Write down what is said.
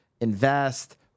invest